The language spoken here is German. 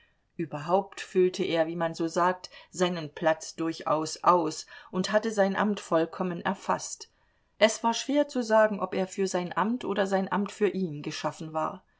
überhaupt füllte er wie man so sagt seinen platz durchaus aus und hatte sein amt vollkommen erfaßt es war schwer zu sagen ob er für sein amt oder sein amt für ihn geschaffen war